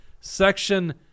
Section